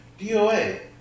DOA